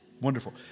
Wonderful